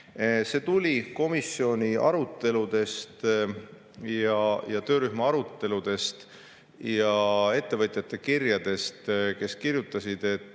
See tuli komisjoni aruteludest ja töörühma aruteludest ja ettevõtjate kirjadest, kes kirjutasid, et